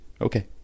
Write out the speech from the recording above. okay